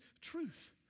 truth